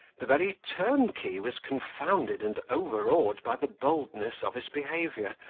the very turnkey was confounded and overawed by the boldness of his behaviour,